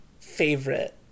favorite